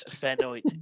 Benoit